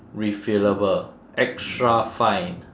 refillable extra fine